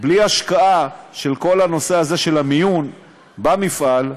בלי השקעה בכל הנושא הזה של המיון במפעל,